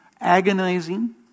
agonizing